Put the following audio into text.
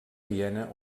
viena